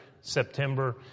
September